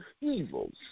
evils